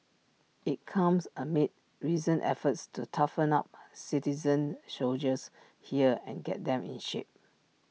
IT comes amid recent efforts to toughen up citizen soldiers here and get them in shape